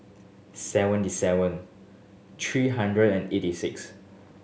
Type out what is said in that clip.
seventy seven three hundred and eighty six